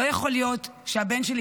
לא יכול להיות שהבן שלי,